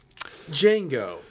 Django